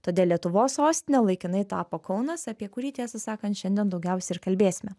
todėl lietuvos sostine laikinai tapo kaunas apie kurį tiesą sakant šiandien daugiausia ir kalbėsime